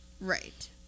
Right